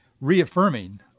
reaffirming